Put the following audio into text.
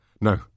No